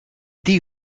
die